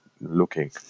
looking